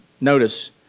Notice